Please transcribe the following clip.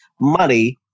money